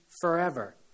forever